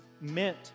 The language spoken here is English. meant